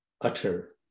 utter